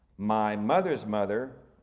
my mother's mother,